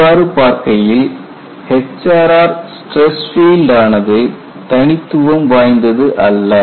இவ்வாறு பார்க்கையில் HRR stress பீல்டானது தனித்துவம் வாய்ந்தது அல்ல